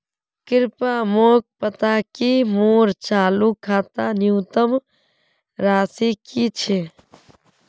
कृपया मोक बता कि मोर चालू खातार न्यूनतम राशि की छे